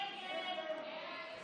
ההצעה להעביר לוועדה את